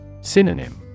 Synonym